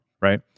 right